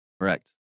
Correct